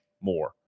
more